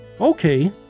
Okay